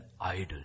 idol